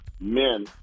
men